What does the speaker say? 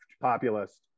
populist